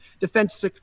Defense